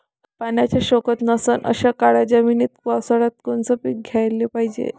पाण्याचा सोकत नसन अशा काळ्या जमिनीत पावसाळ्यात कोनचं पीक घ्याले पायजे?